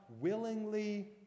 willingly